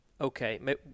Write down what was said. okay